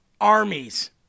armies